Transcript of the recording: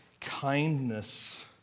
kindness